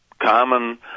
common